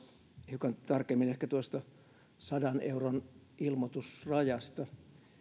hiukan tarkemmin ehkä tuosta sadan euron ilmoitusrajasta